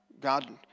God